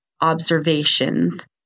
observations